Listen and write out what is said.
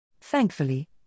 Thankfully